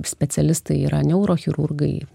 specialistai yra neurochirurgai